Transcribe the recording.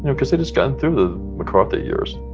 you know because it has gone through the mccarthy years.